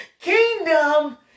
Kingdom